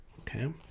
Okay